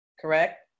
correct